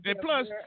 Plus